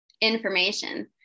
information